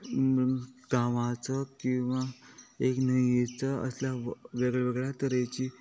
गावाचो किंवां एक न्हंयेचो असल्या वेगवेगळ्या तरेची